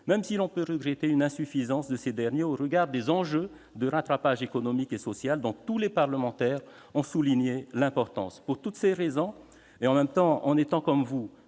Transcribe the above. même si l'on peut regretter leur insuffisance, au regard des enjeux de rattrapage économique et social dont tous les parlementaires ont souligné la gravité. Pour toutes ces raisons, et tout en étant, comme vous,